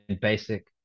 basic